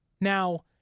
Now